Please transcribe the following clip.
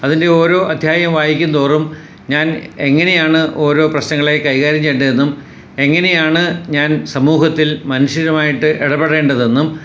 അതിൻ്റെ ഓരോ അധ്യായം വായിക്കും തോറും ഞാൻ എങ്ങനെയാണ് ഓരോ പ്രശ്നങ്ങളെ കൈകാര്യം ചെയ്യേണ്ടതെന്നും എങ്ങനെയാണ് ഞാൻ സമൂഹത്തിൽ മനുഷ്യരുമായിട്ട് ഇടപെടേണ്ടതെന്നും